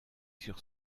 sur